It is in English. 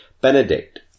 Benedict